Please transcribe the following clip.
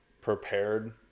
prepared